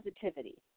positivity